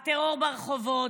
הטרור ברחובות,